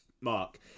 Mark